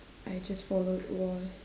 I just followed was